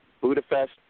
Budapest